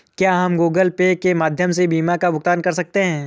क्या हम Google Pay के माध्यम से बीमा का भुगतान कर सकते हैं?